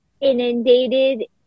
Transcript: inundated